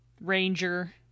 Ranger